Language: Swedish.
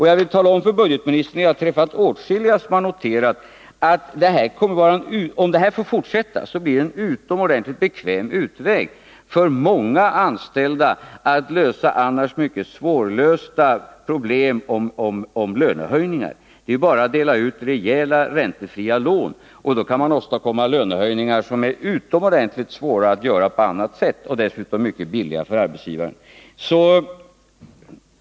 Jag vill tala om för budgetministern att jag har träffat åtskilliga personer som har konstaterat att om detta får fortsätta, blir det en utomordentligt bekväm utväg för många anställda att lösa annars mycket svårlösta problem med löneförhöjningar. Det är ju bara att dela ut rejäla räntefria lån. Därigenom kan man åstadkomma lönehöjningar som är utomordentligt svåra att genomföra på annat sätt — och dessutom mycket billiga för arbetsgivaren.